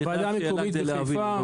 ועדה מקומית בחיפה.